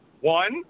One